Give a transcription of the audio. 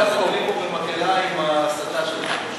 כל שבוע אתם עולים פה במקהלה עם ההסתה שלכם.